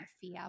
fear